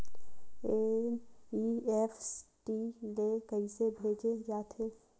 NEFT ले कइसे भेजे जाथे?